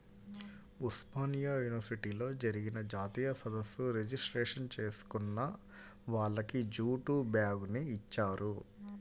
ఉస్మానియా యూనివర్సిటీలో జరిగిన జాతీయ సదస్సు రిజిస్ట్రేషన్ చేసుకున్న వాళ్లకి జూటు బ్యాగుని ఇచ్చారు